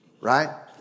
right